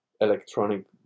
electronic